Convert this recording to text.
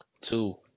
Two